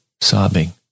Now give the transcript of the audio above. sobbing